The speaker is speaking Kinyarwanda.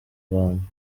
rwanda